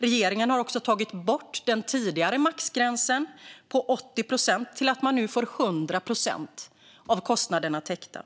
Regeringen har också tagit bort den tidigare maxgränsen på 80 procent så att man nu får 100 procent av kostnaderna täckta.